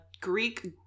Greek